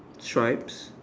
that's right